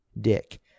Dick